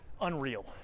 unreal